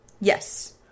Yes